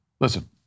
Listen